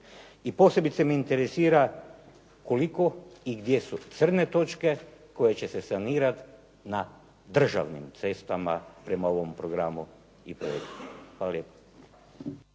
i posebice me interesira koliko i gdje su crne točke koje će se sanirati na državnim cestama prema ovom programu i projektu. Hvala lijepa.